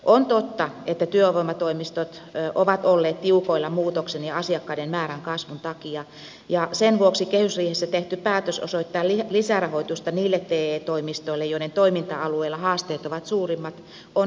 on totta että työvoimatoimistot ovat olleet tiukoilla muutoksen ja asiakkaiden määrän kasvun takia ja sen vuoksi kehysriihessä tehty päätös osoittaa lisärahoitusta niille te toimistoille joiden toiminta alueella haasteet ovat suurimmat on erittäin tärkeä